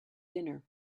dinner